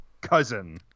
cousin